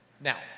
Now